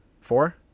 Four